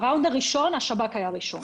בסיבוב הראשון השב"כ היה ראשון.